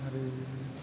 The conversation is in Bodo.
आरो